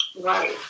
Right